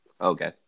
Okay